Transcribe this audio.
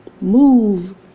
move